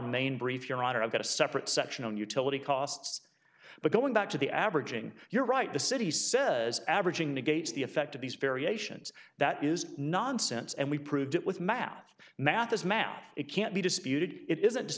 main brief your honor i've got a separate section on utility costs but going back to the averaging you're right the city says averaging negates the effect of these variations that is nonsense and we proved it with math math is math it can't be disputed it isn't